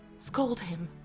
scold him,